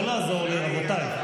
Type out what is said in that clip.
לא לעזור לי, רבותיי.